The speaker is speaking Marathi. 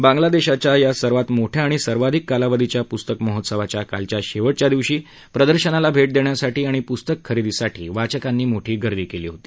बांगलादेशच्या या सर्वात मोठ्या आणि सर्वाधिक कालावधीच्या पुस्तक महोत्सवाच्या कालच्या शेवटच्या दिवशी प्रदर्शनाला भेट देण्यासाठी आणि पुस्तक खरेदीसाठी वाचकांनी मोठी गर्दी केली होती